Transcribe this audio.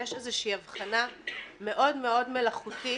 יש איזושהי הבחנה מאוד מאוד מלאכותית